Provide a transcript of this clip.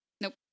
Nope